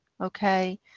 okay